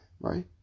right